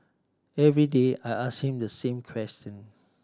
every day I ask him the same question